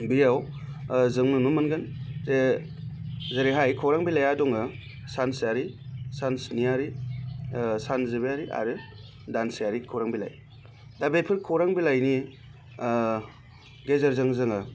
बेयाव जों नुनो मोनगोन जे जेरैहाय खौरां बिलाइआ दङो सानसेयारि सानस्नियारि सानजिबायारि आरो दानसेयारि खौरां बिलाइ दा बेफोर खौरां बिलाइनि गेजेरजों जोङो